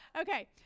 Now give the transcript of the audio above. Okay